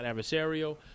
adversarial